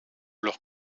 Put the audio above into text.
leurs